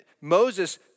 Moses